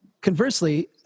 Conversely